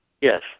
Yes